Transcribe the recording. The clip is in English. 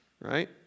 right